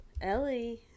ellie